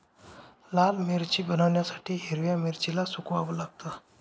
लाल मिरची बनवण्यासाठी हिरव्या मिरचीला सुकवाव लागतं